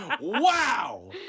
Wow